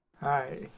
Hi